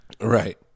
Right